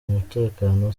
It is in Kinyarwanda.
umutekano